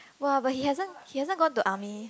!wah! but he hasn't he hasn't gone to army